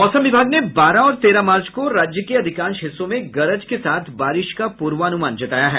मौसम विभाग ने बारह और तेरह मार्च को राज्य के अधिकांश हिस्सों में गरज के साथ बारिश का पूर्वानुमान जताया है